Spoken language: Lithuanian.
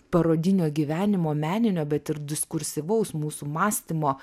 parodinio gyvenimo meninio bet ir diskursyvaus mūsų mąstymo